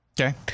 Okay